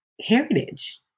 heritage